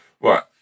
right